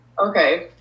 okay